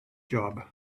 job